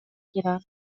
گیرم